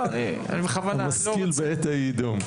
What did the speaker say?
המשכיל בעת ההיא יידום.